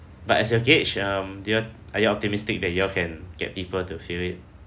but as your gauge um do you all are you all optimistic that you all can get people to fill it